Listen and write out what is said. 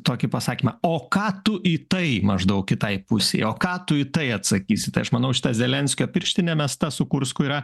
tokį pasakymą o ką tu į tai maždaug kitai pusei o ką tu į tai atsakysi tai aš manau šita zelenskio pirštinė mesta su kursku yra